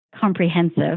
comprehensive